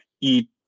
eat